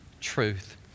truth